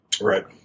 Right